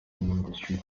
industry